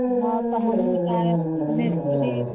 हँ तऽ हमहुँ ताबत मिस्त्री